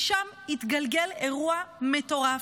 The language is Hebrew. משם התגלגל אירוע מטורף.